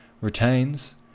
retains